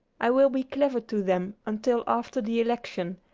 i will be clever to them until after the election,